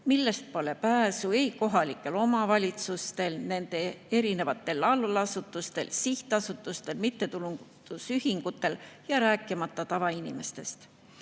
millest pole pääsu ei kohalikel omavalitsustel, nende erinevatel allasutustel, sihtasutustel, mittetulundusühingutel, rääkimata tavainimestest.